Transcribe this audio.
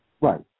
right